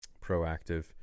proactive